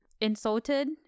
insulted